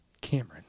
Cameron